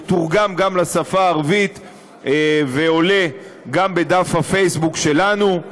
מתורגם גם לשפה הערבית ועולה גם בדף הפייסבוק שלנו.